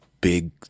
big